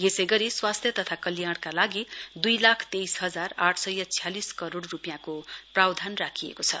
यसै गरी स्वास्थ्य तथा कल्याणका लागि दुई लाख तेईस हजार आठ सय छ्यालिस करोड रूपियाँको प्रावधान राखिएको छ